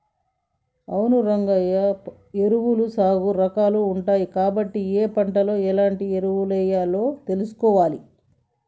అవును రంగయ్య ఎరువులు సానా రాకాలు ఉంటాయి కాబట్టి ఏ పంటలో ఎలాంటి ఎరువులెయ్యాలో తెలుసుకోవాలి